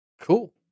cool